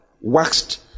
waxed